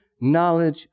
knowledge